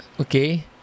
okay